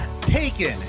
taken